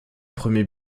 premier